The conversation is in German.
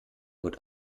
wird